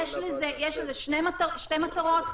יש לזה שתי מטרות,